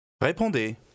Répondez